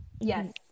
Yes